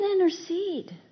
intercede